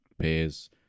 pairs